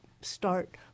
start